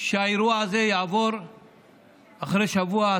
שהאירוע הזה יעבור אחרי שבוע,